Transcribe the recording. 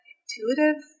intuitive